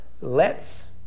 lets